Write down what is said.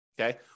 Okay